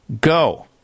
Go